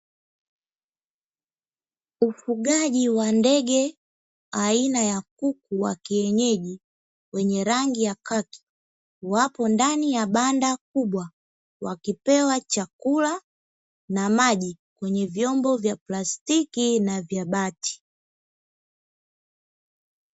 Ufugaji wa ndege aina ya kuku wa kienyeji wenye rangi ya kaki, wapo ndani ya banda kubwa wakipewa chakula na maji kwenye vyombo vya plastiki na vya bati.